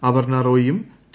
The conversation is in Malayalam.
അപർണ റോയിയും ടി